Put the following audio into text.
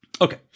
Okay